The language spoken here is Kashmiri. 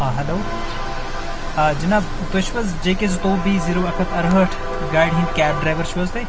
آ ہٮ۪لو آ جناب تُہۍ چھِو حظ جے کے زٕ تووُہ بی زیٖرو اکھتہٕ ارٕ ہٲٹھ گاڑِ ہٕنٛدۍ کیب ڈرایور چھُو حظ تُہۍ